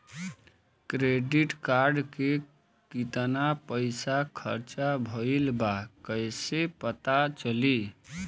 Credit card के कितना पइसा खर्चा भईल बा कैसे पता चली?